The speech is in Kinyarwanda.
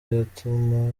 yatuma